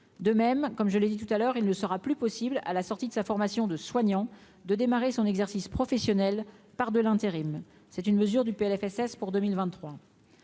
de même comme je l'ai dit tout à l'heure, il ne sera plus possible à la sortie de sa formation de soignants, de démarrer son exercice professionnel par de l'intérim, c'est une mesure du PLFSS pour 2023